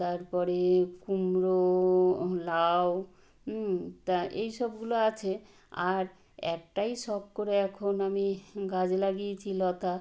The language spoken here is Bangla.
তারপরে কুমড়ো লাউ তা এই সবগুলো আছে আর একটাই শখ করে এখন আমি গাছ লাগিয়েছি লতা